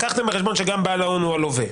כלומר, לקחתם בחשבון שגם בעל ההון הוא הלווה?